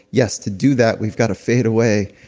yes to do that, we've gotta fade away,